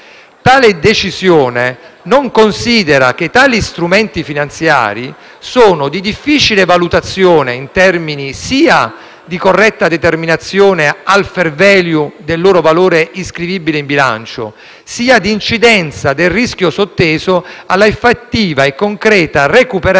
Tale decisione non considera che tali strumenti finanziari sono di difficile valutazione in termini sia di corretta determinazione al *fair value* del loro valore iscrivibile in bilancio sia di incidenza del rischio sotteso alla effettiva e concreta recuperabilità